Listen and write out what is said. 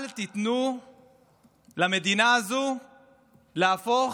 אל תיתנו למדינה הזו להפוך